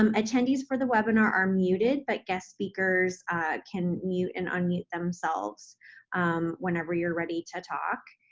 um attendees for the webinar are muted, but guest speakers can mute and unmute themselves whenever you're ready to talk.